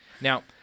Now